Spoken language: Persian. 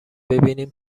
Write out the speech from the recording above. ببینیم